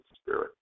spirit